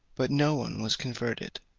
but no one was converted.